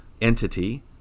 entity